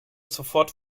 sofort